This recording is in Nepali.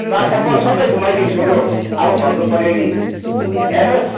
ल त म सबै घुमाइदिन्छु लु अब भन्नुपर्यो नि हेर्नुहोस्